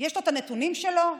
יש את הנתונים שלו,